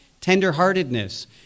tenderheartedness